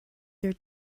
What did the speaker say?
their